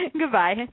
Goodbye